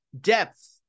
depth